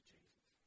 Jesus